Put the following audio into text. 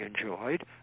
enjoyed